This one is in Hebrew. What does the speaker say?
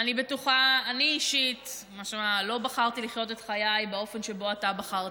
אני אישית לא בחרתי לחיות את חיי באופן שבו אתה בחרת.